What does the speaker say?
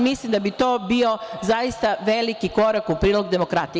Mislim da bi to bio zaista veliki korak u prilog demokratiji.